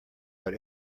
but